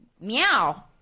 Meow